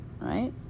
right